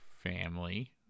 Family